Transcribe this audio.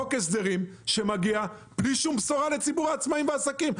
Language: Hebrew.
חוק ההסדרים מגיע בלי שום בשורה לציבור העצמאים והעסקים.